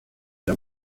las